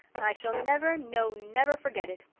i shall never, no never, forget it.